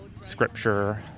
scripture